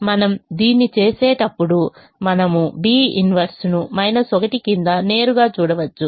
మనము దీన్ని చేసేటప్పుడు మనము B 1 ను I క్రింద నేరుగా చూడవచ్చు